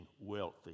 wealthy